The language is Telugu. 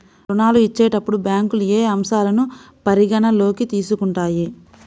ఋణాలు ఇచ్చేటప్పుడు బ్యాంకులు ఏ అంశాలను పరిగణలోకి తీసుకుంటాయి?